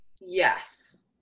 Yes